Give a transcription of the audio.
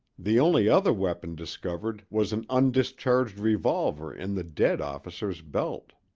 the only other weapon discovered was an undischarged revolver in the dead officer's belt.